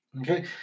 okay